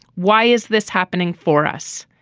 why is this happening for us.